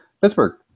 Pittsburgh –